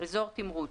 "אזור תמרוץ"